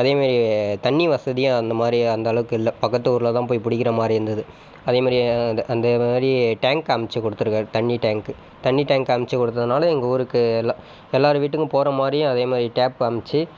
அதேமாரி தண்ணி வசதியும் அந்தமாதிரி அந்த அளவுக்கு இல்லை பக்கத்து ஊரில் தான் போய் பிடிக்கிற மாதிரி இருந்தது அதேமாதிரி அந்த அந்தமாதிரி டேங்க் அமச்சு கொடுத்துருக்காரு தண்ணி டேங்க்கு தண்ணி டேங்க் அமச்சு கொடுத்ததுனால எங்கள் ஊருக்கு எல்லா எல்லாரு வீட்டுக்கு போகிற மாதிரியும் அதேமாதிரி டேப் அமச்சு